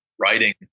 writing